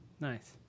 Nice